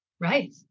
right